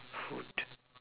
food